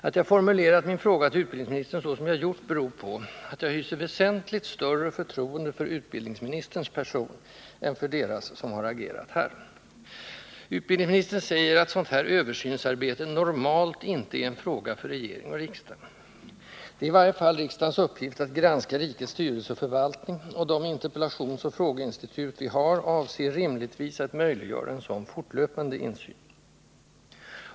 Att jag formulerat min fråga till utbildningsministern så som jag har gjort beror på att jag hyser väsentligt större förtroende för utbildningsministerns person än för deras, som har agerat här. Utbildningsministern säger att sådant här översynsarbete ”normalt inte en fråga för regering och riksdag”. Det är i varje fall riksdagens uppgift att granska rikets styrelse och förvaltning, och de interpellationsoch frågeinstitut vi har avser rimligtvis att möjliggöra en sådan fortlöpande insyn.